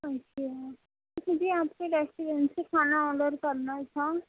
اچھا مجھے آپ کے ریسٹورینٹ سے کھانا آڈر کرنا تھا